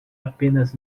apenas